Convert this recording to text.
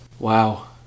Wow